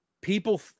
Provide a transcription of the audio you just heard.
people